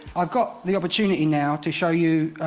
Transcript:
i've got the opportunity now to show you